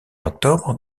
octobre